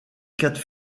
quatre